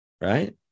right